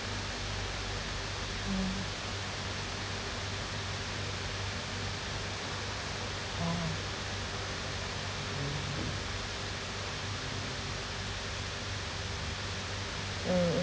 mm oh mm